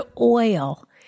oil